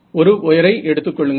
ஒரு வயரை எடுத்துக்கொள்ளுங்கள்